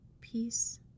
Peace